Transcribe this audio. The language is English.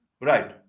Right